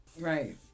Right